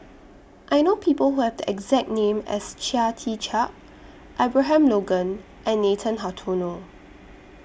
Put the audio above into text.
I know People Who Have The exact name as Chia Tee Chiak Abraham Logan and Nathan Hartono